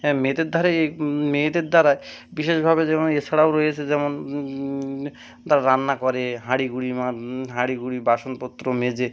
হ্যাঁ মেয়েদের ধারে এ মেয়েদের দ্বারায় বিশেষভাবে যেমন এছাড়াও রয়েছে যেমন তারা রান্না করে হাঁড়ি কুড়ি মা হাঁড়ি কুড়ি বাসনপত্র মেজে